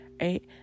right